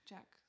Jack